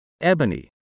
Ebony